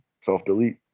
self-delete